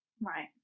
Right